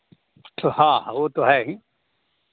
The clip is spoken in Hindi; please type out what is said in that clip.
तो हाँ वो तो है ही